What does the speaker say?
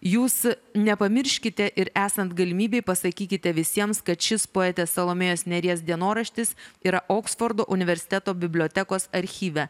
jūs nepamirškite ir esant galimybei pasakykite visiems kad šis poetės salomėjos nėries dienoraštis yra oksfordo universiteto bibliotekos archyve